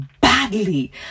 badly